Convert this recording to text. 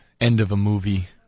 end-of-a-movie